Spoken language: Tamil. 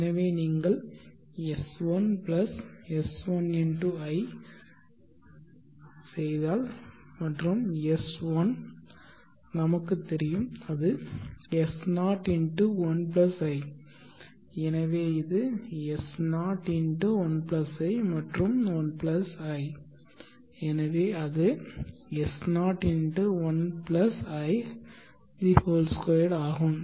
எனவே நீங்கள் S 1 S1 × i செய்தால் மற்றும் S1 நமக்குத் தெரியும் அது S0 × 1 i எனவே இது S0 × 1 i மற்றும் 1 i எனவே அது S0×1i2 ஆகும்